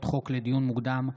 לדיון מוקדם,